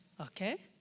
okay